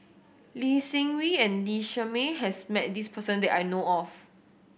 Lee Seng Wee and Lee Shermay has met this person that I know of